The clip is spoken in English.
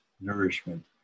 nourishment